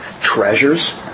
treasures